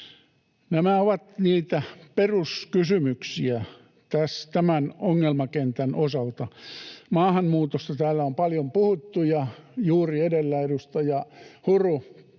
Nämä ovat niitä peruskysymyksiä tämän ongelmakentän osalta. Maahanmuutosta täällä on paljon puhuttu, ja juuri edellä edustaja Huru